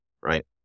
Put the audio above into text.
right